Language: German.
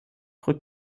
rückt